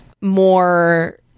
more